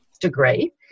degree